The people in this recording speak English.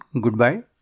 goodbye